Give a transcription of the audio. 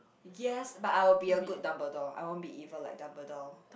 yes but I will be a good Dumbledore I won't evil like Dumbledore